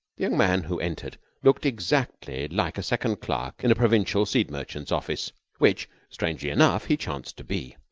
young man who entered looked exactly like a second clerk in a provincial seed-merchant's office which, strangely enough, he chanced to be.